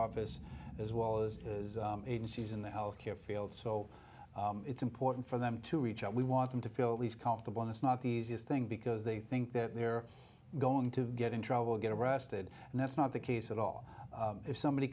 office as well as agencies in the health care field so it's important for them to reach out we want them to feel these comfortable it's not the easiest thing because they think that they're going to get in trouble get arrested and that's not the case at all if somebody